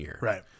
Right